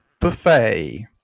buffet